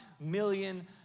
million